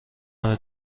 همه